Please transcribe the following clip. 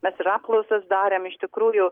mes ir apklausas darėm iš tikrųjų